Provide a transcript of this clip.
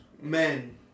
men